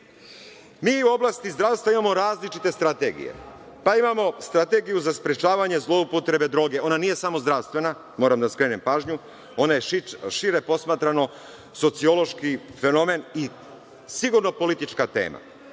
u oblasti zdravstva imamo različite strategije, pa imamo Strategiju za sprečavanje zloupotrebe droge, ona nije samo zdravstvena, moram da vam skrenem pažnju, ona je, šire posmatrano, sociološki fenomen i sigurno politička tema,